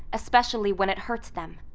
especially when it hurts them.